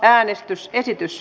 äänestys esitys